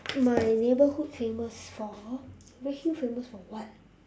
my neighborhood famous for redhill famous for what